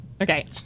Okay